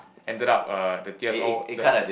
ended up uh the tears all the